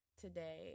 today